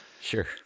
Sure